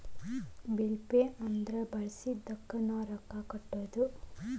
bill pay ಅಂದ್ರ ಬಳಸಿದ್ದಕ್ಕ್ ನಾವ್ ರೊಕ್ಕಾ ಕಟ್ಟೋದು